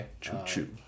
Choo-choo